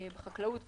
בחקלאות וכולי.